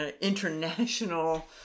international